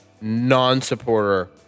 non-supporter